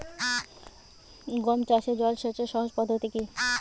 গম চাষে জল সেচের সহজ পদ্ধতি কি?